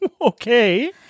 Okay